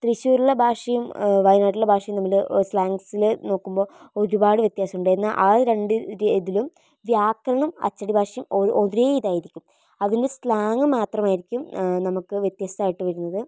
തൃശ്ശൂരിലെ ഭാഷയും വയനാട്ടിലെ ഭാഷയും തമ്മില് സ്ലാങ്ങ്സിൽ നോക്കുമ്പോള് ഒരുപാട് വ്യത്യാസം ഉണ്ട് എന്നാല് അത് രണ്ട് ഇതിലും വ്യാകരണം അച്ചടി ഭാഷയും ഒരേ ഇതായിരിക്കും അതിൻ്റെ സ്ലാങ്ങ് മാത്രമായിരിക്കും നമുക്ക് വ്യത്യാസ്തമായിട്ട് വരുന്നത്